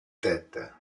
tête